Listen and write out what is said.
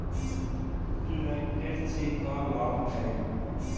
Tractor से का लाभ है?